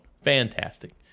Fantastic